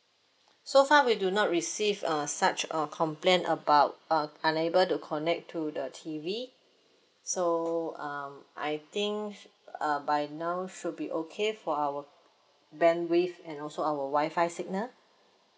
so far we do not receive uh such uh complaint about uh unable to connect to the T_V so um I think uh by now should be okay for our bandwidth and also our wifi signal